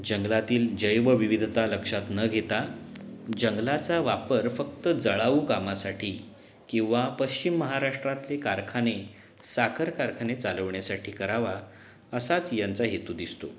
जंगलातील जैवविविधता लक्षात न घेता जंगलाचा वापर फक्त जळाऊ कामासाठी किंवा पश्चिम महाराष्ट्रातले कारखाने साखर कारखाने चालवण्यासाठी करावा असाच यांचा हेतू दिसतो